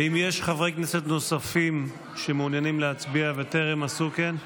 האם יש חברי כנסת נוספים שמעוניינים להצביע וטרם עשו כן?